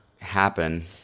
happen